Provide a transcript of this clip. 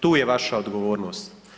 Tu je vaša odgovornost.